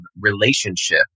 relationship